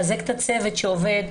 לחזק את הצוות שעובד.